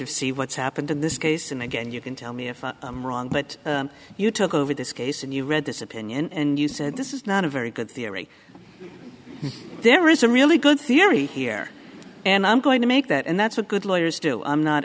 of see what's happened in this case and again you can tell me if i'm wrong that you took over this case and you read this opinion and you said this is not a very good theory there is a really good theory here and i'm going to make that and that's a good later still i'm not